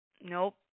Nope